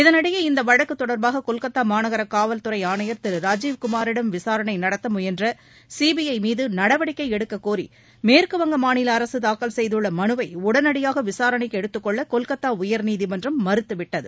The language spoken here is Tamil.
இதனிடையே இந்த வழக்கு தொடர்பாக கொல்கத்தா மாநகர காவல்துறை ஆணையர் திரு ராஜீவ்குமாரிடம் விசாரணை நடத்த முயன்ற சிபிஐ மீது நடவடிக்கை எடுக்கக் கோரி மேற்குவங்க மாநில அரசு தாக்கல் செய்துள்ள மனுவை உடனடியாக விசாரணைக்கு எடுத்துக்கொள்ள கொல்கத்தா உயர்நீதிமன்றம் மறுத்துவிட்டது